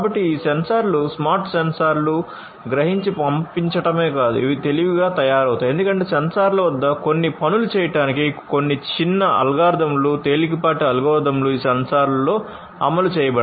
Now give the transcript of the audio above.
కాబట్టి ఈ సెన్సార్లు స్మార్ట్ సెన్సార్లు గ్రహించి పంపించడమే కాదు ఇవి తెలివిగా తయారవుతాయి ఎందుకంటే సెన్సార్ల వద్ద కొన్ని పనులు చేయడానికి కొన్ని చిన్న అల్గోరిథంలు తేలికపాటి అల్గోరిథంలు ఈ సెన్సార్లలో అమలు చేయబడతాయి